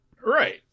Right